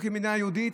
כמדינה יהודית,